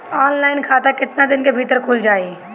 Online खाता केतना दिन के भीतर ख़ुल जाई?